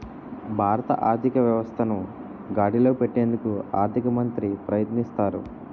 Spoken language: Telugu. భారత ఆర్థిక వ్యవస్థను గాడిలో పెట్టేందుకు ఆర్థిక మంత్రి ప్రయత్నిస్తారు